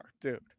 dude